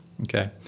okay